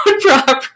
properly